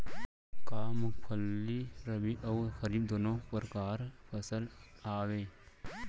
का मूंगफली रबि अऊ खरीफ दूनो परकार फसल आवय?